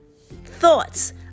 thoughts